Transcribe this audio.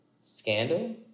Scandal